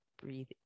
Breathe